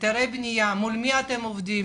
היתרי בניה, מול מי אתם עובדים?